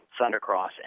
Thundercross